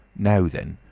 now then.